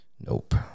Nope